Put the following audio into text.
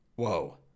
Whoa